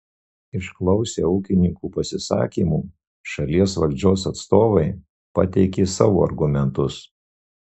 išklausę ūkininkų pasisakymų šalies valdžios atstovai pateikė savo argumentus